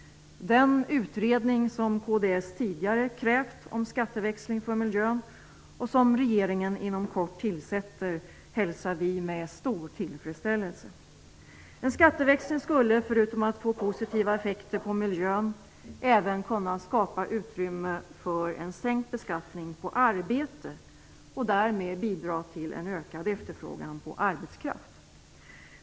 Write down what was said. Den utredning som kds tidigare krävt om skatteväxling för miljön, och som regeringen inom kort tillsätter, hälsar vi med stor tillfredsställelse. En skatteväxling skulle, förutom att få positiva effekter på miljön, även kunna skapa utrymme för en sänkt beskattning på arbete och därmed bidra till en ökad efterfrågan på arbetskraft.